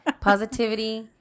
positivity